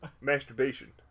masturbation